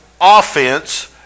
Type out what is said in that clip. offense